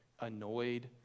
annoyed